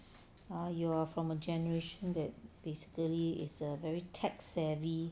you are from a generation that basically is a very tech savvy